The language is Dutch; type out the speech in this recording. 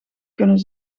kunnen